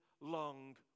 long